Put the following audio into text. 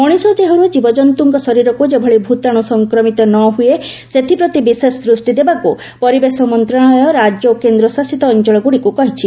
ମଣିଷ ଦେହରୁ ଜୀବଜନ୍ତୁଙ୍କ ଶରୀରକୁ ଯେଭଳି ଭୂତାଣୁ ସଂକ୍ରମିତ ନ ହୁଏ ସେଥିପ୍ରତି ବିଶେଷ ଦୃଷ୍ଟିଦେବାକୁ ପରିବେଶ ମନ୍ତ୍ରଣାଳୟ ରାଜ୍ୟ ଓ କେନ୍ଦ୍ରଶାସିତ ଅଞ୍ଚଳଗୁଡ଼ିକୁ କହିଛି